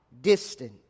distant